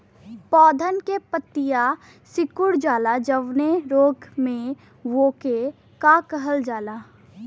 पौधन के पतयी सीकुड़ जाला जवने रोग में वोके का कहल जाला?